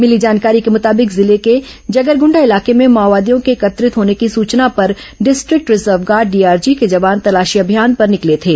मिली जानकारी के मुताबिक जिले के जगरग्डा इलाके में माओवादियों के एकत्रित होने की सूचना पर डिस्ट्रिक्ट रिजर्व गार्ड डीआरजी के जवान तलाशी अभियान पर निकले थे